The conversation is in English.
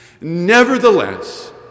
Nevertheless